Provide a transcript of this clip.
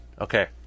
okay